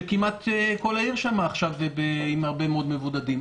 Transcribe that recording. שכמעט כל העיר שם עכשיו עם הרבה מאוד מבודדים.